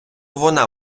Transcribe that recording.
вона